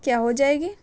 کیا ہو جائے گی